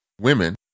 women